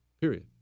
Period